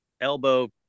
elbow